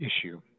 issue